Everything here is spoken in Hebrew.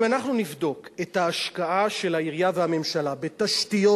אם אנחנו נבדוק את ההשקעה של העירייה והממשלה בתשתיות